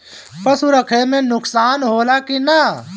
पशु रखे मे नुकसान होला कि न?